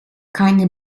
keine